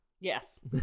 Yes